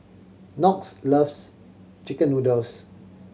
Knox loves chicken noodles